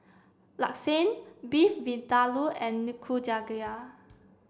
Lasagne Beef Vindaloo and Nikujaga